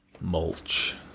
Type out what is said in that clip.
Mulch